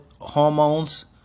hormones